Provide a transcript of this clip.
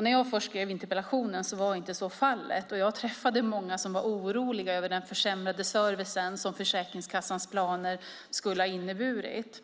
När jag först skrev interpellationen var inte så fallet. Jag träffade många som var oroliga över den försämrade servicen som Försäkringskassans planer skulle ha inneburit.